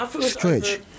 stretch